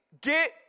get